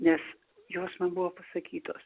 nes jos man buvo pasakytos